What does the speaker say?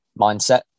mindset